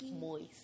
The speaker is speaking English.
Moist